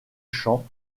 champs